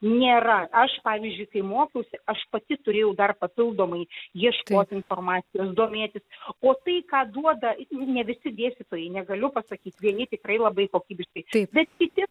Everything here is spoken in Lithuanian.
nėra aš pavyzdžiui mokiausi aš pati turėjau dar papildomai ieškoti informacijos domėtis o tai ką duoda ne visi dėstytojai negaliu pasakyti vieni tikrai labai kokybiškai bet itin